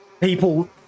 people